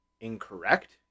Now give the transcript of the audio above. incorrect